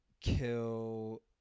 kill